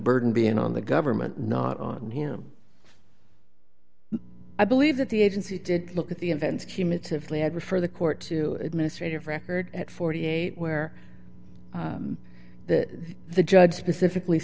burden being on the government not on him i believe that the agency did look at the events cumulatively i prefer the court to administrative record at forty eight where the judge specifically